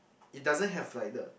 it doesn't have like the